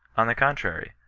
on the contrary,